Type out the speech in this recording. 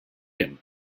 him